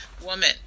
woman